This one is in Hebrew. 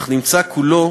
אך נמצא כולו